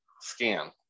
Scan